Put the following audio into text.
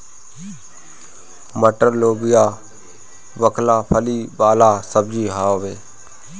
मटर, लोबिया, बकला फली वाला सब्जी हवे